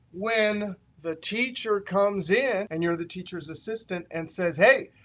when the teacher comes in and you're the teacher's assistant and says, hey,